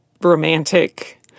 romantic